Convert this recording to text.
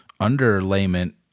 underlayment